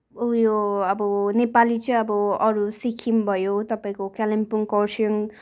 उयो अब नेपाली चाहिँ अब अरू सिक्किम भयो तपाईँको कालिम्पोङ खरसाङ